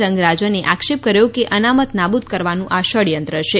રંગરાજને આક્ષેપ કર્યો કે અનામત નાબુદ કરવાનું આ ષડયંત્ર છે